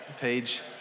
page